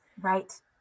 Right